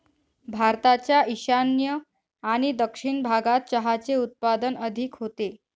भारताच्या ईशान्य आणि दक्षिण भागात चहाचे उत्पादन अधिक होते